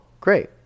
great